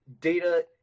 Data